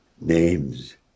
Names